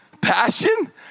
passion